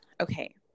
Okay